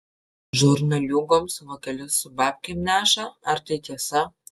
žurnaliūgoms vokelius su babkėm neša ar tai tiesa